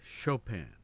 Chopin